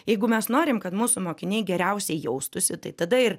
jeigu mes norim kad mūsų mokiniai geriausiai jaustųsi tai tada ir